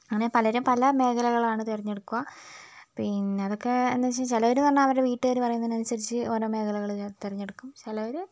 അങ്ങനെ പലരും പല മേഖലകളാണ് തിരഞ്ഞെടുക്കുക പിന്നെ അതൊക്കെ എന്ന് വെച്ചാൽ ചിലവർ വീട്ടുകാർ പറയുന്നതിന് അനുസരിച്ച് ഓരോ മേഖലകൾ തിരഞ്ഞെടുക്കും ചിലവർ